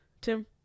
tim